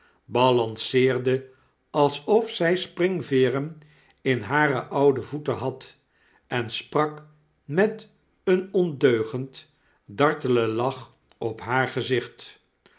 balanceerde alsof zij springveeren in hare oude voeten had en sprak met een ondeugend dartelen lach op haar gezicht